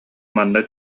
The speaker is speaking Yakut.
манна